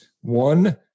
one